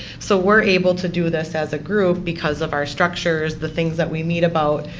so we're able to do this as a group because of our structures, the things that we meat about.